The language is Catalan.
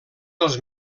els